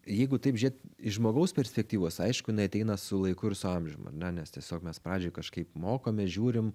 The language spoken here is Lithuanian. jeigu taip žiūrėt iš žmogaus perspektyvos aišku jinai ateina su laiku ir su amžium ar ne nes tiesiog mes pradžioj kažkaip mokomės žiūrim